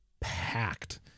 packed